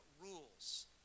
rules